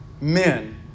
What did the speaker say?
men